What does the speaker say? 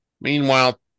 Meanwhile